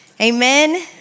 Amen